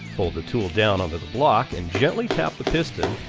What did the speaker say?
hold the tool down onto the block and gently tap the piston,